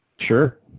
Sure